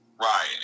Right